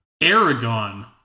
aragon